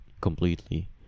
completely